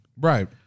Right